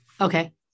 Okay